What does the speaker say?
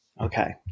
Okay